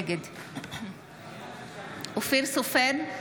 נגד אופיר סופר,